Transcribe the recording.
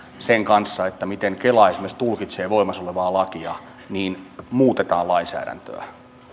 sen kanssa miten kela esimerkiksi tulkitsee voimassaolevaa lakia niin muutetaan lainsäädäntöä